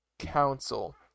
council